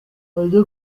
ajya